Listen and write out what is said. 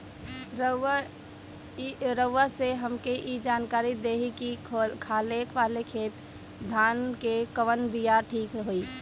रउआ से हमके ई जानकारी देई की खाले वाले खेत धान के कवन बीया ठीक होई?